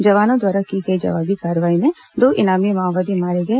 जवानों द्वारा की गई जवाबी कार्रवाई में दो इनामी माओवादी मारे गए